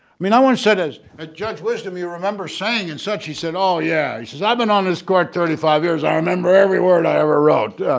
mean i once said as a judge wisdom you remember saying and such. he said oh yeah he says i've been on this court thirty five years i remember every word i ever wrote,